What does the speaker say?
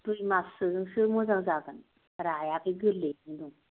दुइ माससोजोंसो मोजां जागोन रायाखै गोरलैयैनो दं